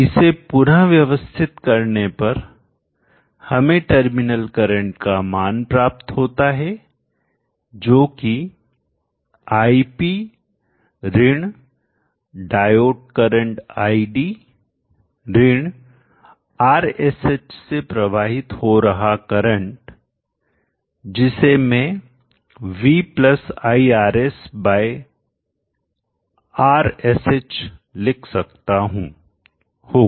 इसे पुनः व्यवस्थित करने पर हमें टर्मिनल करंट का मान प्राप्त होता है जो कि ip ऋण डायोड करंट id ऋण RSH से प्रवाहित हो रहा करंट जिस मैं v iRs बाय RSH लिख सकता हूं होगा